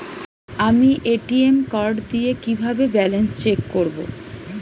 আমি ATM card দিয়ে কিভাবে ব্যালেন্স চেক করব?